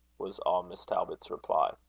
was all miss talbot's reply.